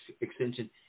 extension